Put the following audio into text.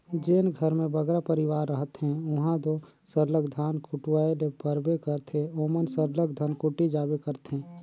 जेन घर में बगरा परिवार रहथें उहां दो सरलग धान कुटवाए ले परबे करथे ओमन सरलग धनकुट्टी जाबे करथे